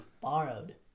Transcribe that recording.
Borrowed